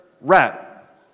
rat